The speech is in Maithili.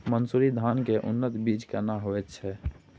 मन्सूरी धान के उन्नत बीज केना होयत छै?